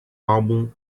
álbum